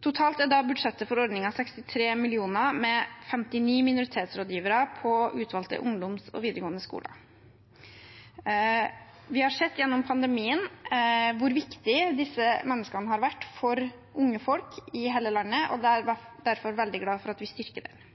Totalt er budsjettet for ordningen på 63 mill. kr med 59 minoritetsrådgivere på utvalgte ungdoms- og videregående skoler. Vi har gjennom pandemien sett hvor viktig disse menneskene har vært for unge folk i hele landet, og jeg er derfor veldig glad for at vi styrker